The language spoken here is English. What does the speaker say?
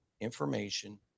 information